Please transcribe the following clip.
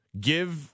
give